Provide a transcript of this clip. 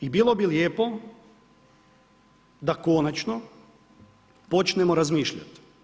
I bilo bi lijepo da konačno počnemo razmišljati.